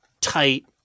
tight